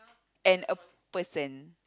and a person